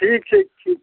ठीक छै ठीक